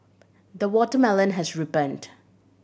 the watermelon has ripened